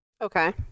Okay